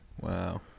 wow